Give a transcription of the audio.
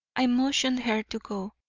i motioned her to go.